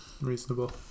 Reasonable